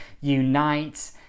unite